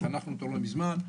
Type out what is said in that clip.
חנכנו אותו לא מזמן.